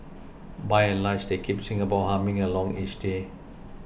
by and large they keep Singapore humming along each day